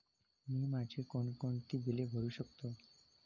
मी माझी कोणकोणती बिले भरू शकतो?